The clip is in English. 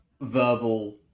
verbal